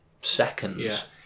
seconds